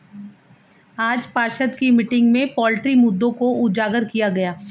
आज पार्षद की मीटिंग में पोल्ट्री मुद्दों को उजागर किया गया